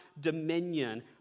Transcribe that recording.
dominion